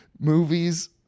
Movies